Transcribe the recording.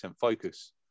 focus